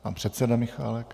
Pan předseda Michálek.